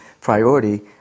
priority